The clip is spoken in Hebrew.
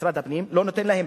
משרד הפנים לא נותן להם.